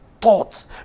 thoughts